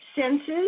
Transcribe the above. senses